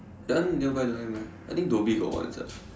that one nearby don't have meh I think Dhoby got one sia